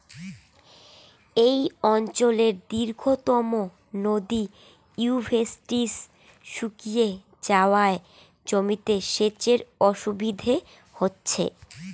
এই অঞ্চলের দীর্ঘতম নদী ইউফ্রেটিস শুকিয়ে যাওয়ায় জমিতে সেচের অসুবিধে হচ্ছে